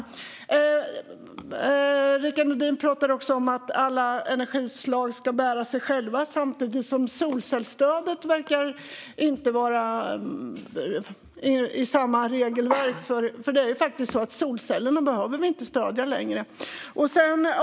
Rickard Nordin pratar också om att alla energislag ska bära sig själva, samtidigt som solcellsstödet inte verkar vara i samma regelverk. Men vi behöver faktiskt inte stödja solceller längre.